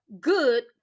Good